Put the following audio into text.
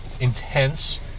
intense